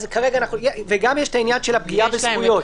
ויש גם עניין של פגיעה בזכויות,